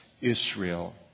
Israel